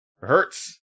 hurts